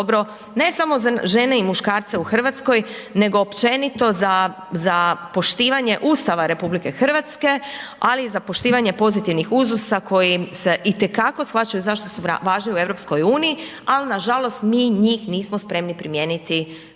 dobre, ne samo za žene i muškarce u Hrvatskoj, nego općenito za, za poštivanje Ustava Republike Hrvatske, ali i za poštivanje pozitivnih uzusa koji se itekako shvaćaju zašto su važni u Europskoj uniji, al' na žalost mi njih nismo spremni primijeniti, primijeniti